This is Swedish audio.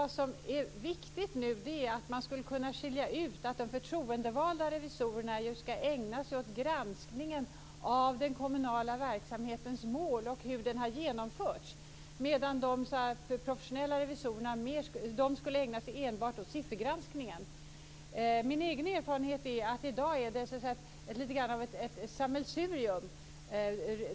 Det viktiga nu är att man kan skilja ut att de förtroendevalda revisorerna ju skall ägna sig åt granskningen av den kommunala verksamhetens mål och hur verksamheten har genomförts, medan de professionella revisorerna enbart skall ägna sig siffergranskningen. Min egen erfarenhet är att det i dag är lite grann av ett sammelsurium.